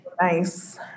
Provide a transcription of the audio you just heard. nice